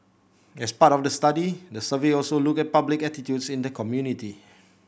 as part of the study the survey also looked at public attitudes in the community